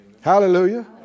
Hallelujah